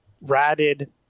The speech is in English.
ratted